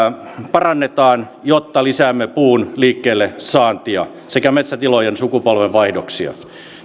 parannetaan jotta lisäämme puun liikkeellesaantia sekä metsätilojen sukupolvenvaihdoksia